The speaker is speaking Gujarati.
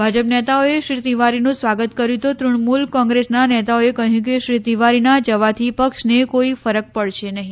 ભાજપ નેતાઓએ શ્રી તિવારીનું સ્વાગત કર્યું તો તૃણમૂલ કોંગ્રેસના નેતાઓએ કહ્યું કે શ્રી તિવારીના જવાથી પક્ષ ને કોઈ ફરક પડશે નહીં